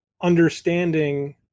understanding